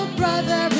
brother